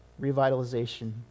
revitalization